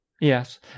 Yes